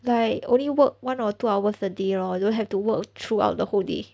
like only work one or two hours a day lor don't have to work throughout the whole day